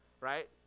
right